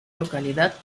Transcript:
localidad